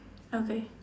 okay